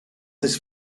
this